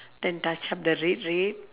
then touch up the red red